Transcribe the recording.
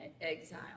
exile